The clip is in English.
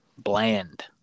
Bland